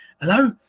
hello